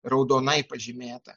raudonai pažymėta